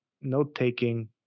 note-taking